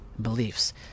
beliefs